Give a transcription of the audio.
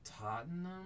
Tottenham